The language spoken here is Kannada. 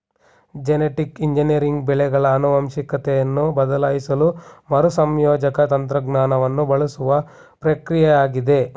ಜೆನೆಟಿಕ್ ಇಂಜಿನಿಯರಿಂಗ್ ಬೆಳೆಗಳ ಆನುವಂಶಿಕತೆಯನ್ನು ಬದಲಾಯಿಸಲು ಮರುಸಂಯೋಜಕ ತಂತ್ರಜ್ಞಾನವನ್ನು ಬಳಸುವ ಪ್ರಕ್ರಿಯೆಯಾಗಿದೆ